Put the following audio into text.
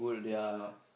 yeah lah